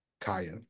Kaya